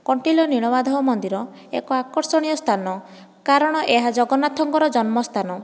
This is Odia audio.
କଣ୍ଟିଲୋ ନୀଳମାଧବ ମନ୍ଦିର ଏକ ଆକର୍ଷଣୀୟ ସ୍ଥାନ କାରଣ ଏହା ଜଗନ୍ନାଥଙ୍କର ଜନ୍ମସ୍ଥାନ